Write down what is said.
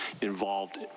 involved